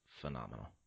phenomenal